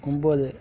ஒம்பது